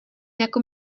jako